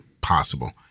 possible